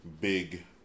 big